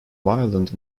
violent